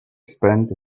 spent